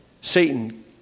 Satan